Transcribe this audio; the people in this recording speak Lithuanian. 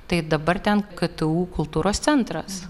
tai dabar ten ktu kultūros centras